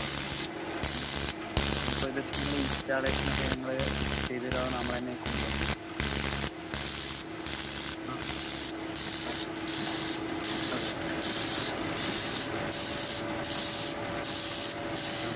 okay okay നോക്കാം ഇനിയിപ്പോൾ ഇതിപ്പോൾ നിങ്ങളെ ഇൻസ്റ്റാളേഷനൊക്കെ നിങ്ങൾ ചെയ്ത് തരുമോ നമ്മൾ തന്നെ കൊണ്ട് ആ ഓക്കേ ആ